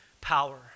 power